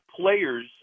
players